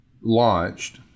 launched